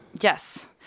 Yes